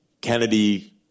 Kennedy